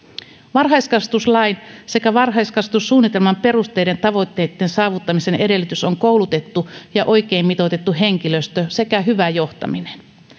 varhaiskasvatuslain ja varhaiskasvatussuunnitelman perusteiden tavoitteitten saavuttamisen edellytys on koulutettu ja oikein mitoitettu henkilöstö sekä hyvä johtaminen